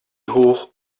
hoch